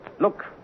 Look